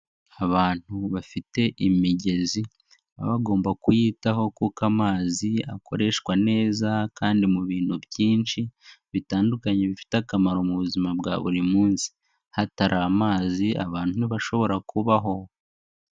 Abantu bafite imigezi baba bagomba kuyitaho kuko amazi akoreshwa neza kandi mu bintu byinshi bitandukanye bifite akamaro mu buzima bwa buri munsi, hatari amazi abantu ntibashobora kubaho.